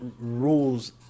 rules